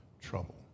trouble